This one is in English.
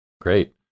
great